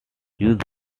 used